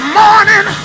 morning